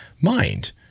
mind